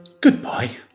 Goodbye